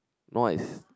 nua is